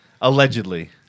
Allegedly